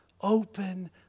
Open